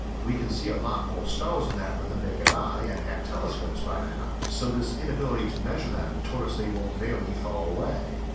we can see a lot more stars than that with the naked eye and had telescopes by now, so this inability to measure them told us they were very far away.